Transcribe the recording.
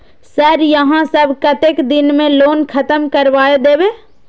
Sir यहाँ सब कतेक दिन में लोन खत्म करबाए देबे?